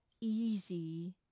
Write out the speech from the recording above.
easy